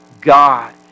God